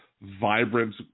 vibrant